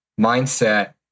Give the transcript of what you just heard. mindset